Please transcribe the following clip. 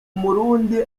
murundi